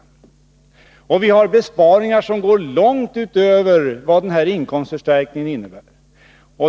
Därutöver har vi fört fram besparingar som går långt utöver vad skattereformen kräver.